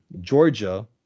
Georgia